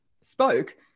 spoke